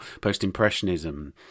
post-impressionism